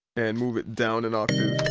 and move it down an octave.